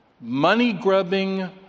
money-grubbing